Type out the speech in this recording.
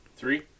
Three